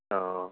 অঁ